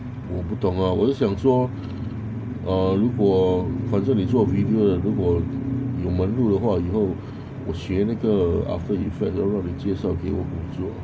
我不懂啊我只想说 uh 如果反正你做 video 的如果有门路的话以后我学那个 after effect 然后你介绍给我做